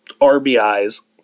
RBIs